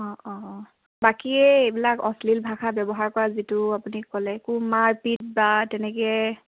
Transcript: অঁ অঁ অঁ বাকী এইবিলাক অশ্লীল ভাষা ব্যৱহাৰ কৰা যিটো আপুনি ক'লে একো মাৰ পিত বা তেনেকৈ